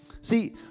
See